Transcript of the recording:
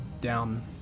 down